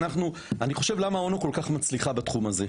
אני חושב למה אונו כל כך מצליחה בתחום הזה,